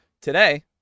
today